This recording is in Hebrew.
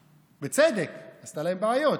בצדק, עשתה להם בעיות,